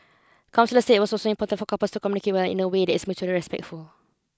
counsellors said was also important for couples to communicate well in away that is mutually respectful